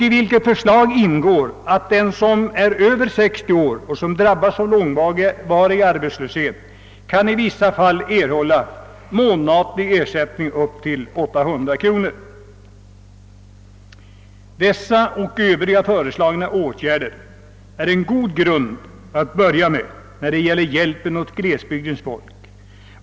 I förslaget ingår att den som är över 60 år och drabbas av långvarig arbetslöshet i vissa fall kan erhålla månatlig ersättning upp till 800 kronor. Dessa och övriga föreslagna åtgärder är en god grund i fråga om hjälpen till glesbygdens folk.